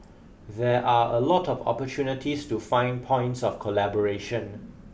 there are a lot of opportunities to find points of collaboration